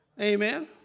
Amen